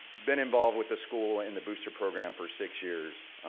been involved with the school and the booster program for six years,